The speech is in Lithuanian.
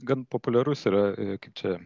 gan populiarus yra kaip čia